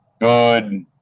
good